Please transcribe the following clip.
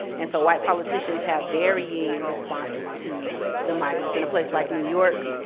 and so white politicians have varying responses to the migrants. in a place like new york,